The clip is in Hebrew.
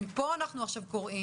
מפה אנחנו קוראים,